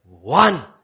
one